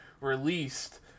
released